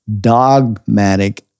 dogmatic